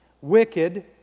wicked